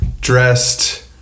dressed